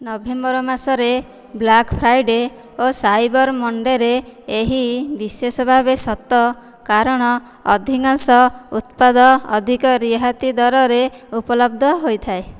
November ମାସରେ black Friday ଓ cyber ମନ୍ଡେରେ ଏହା ବିଶେଷ ଭାବେ ସତ କାରଣ ଅଧିକାଂଶ ଉତ୍ପାଦ ଅଧିକ ରିହାତି ଦରରେ ଉପଲବ୍ଧ ହୋଇଥାଏ